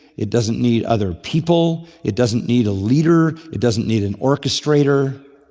it doesn't need other people, it doesn't need a leader, it doesn't need an orchestrator.